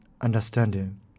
understanding